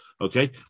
Okay